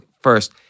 first